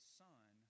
son